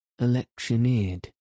electioneered